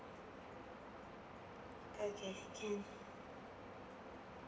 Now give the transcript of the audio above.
okay can